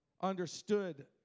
understood